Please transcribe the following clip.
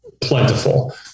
plentiful